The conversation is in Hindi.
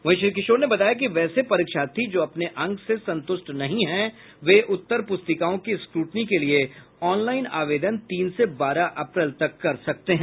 वहीं श्री किशोर ने बताया कि वैसे परीक्षार्थी जो अपने अंक से संतुष्ट नहीं है वे उत्तर पुस्तिकाओं की स्क्रूटनी के लिये ऑनलाइन आवेदन तीन से बारह अप्रैल तक कर सकते हैं